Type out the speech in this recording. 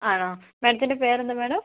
ആണോ മേഡത്തിൻ്റെ പേരെന്താണ് മാഡം